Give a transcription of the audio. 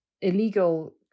illegal